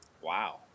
Wow